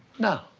no.